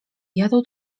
jadał